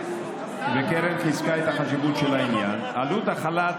וקרן חיזקה את החשיבות של העניין: עלות החל"ת,